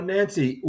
Nancy